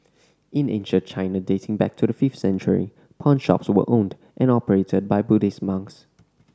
in ancient China dating back to the fifth century pawnshops were owned and operated by Buddhist monks